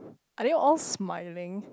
are they all smiling